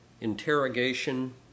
interrogation